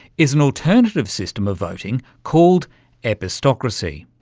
is an alternative system of voting called epistocracy.